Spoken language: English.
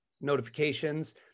notifications